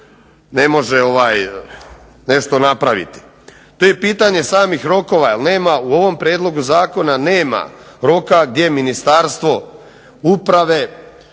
ne može nešto napraviti. To je pitanje samih rokova jel nema u ovom prijedlogu zakona nema roka gdje Ministarstvo uprave